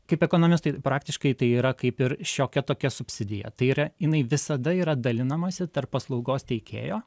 kaip ekonomistui praktiškai tai yra kaip ir šiokia tokia subsidija tai yra jinai visada yra dalinamasi tarp paslaugos teikėjo